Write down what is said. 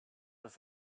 was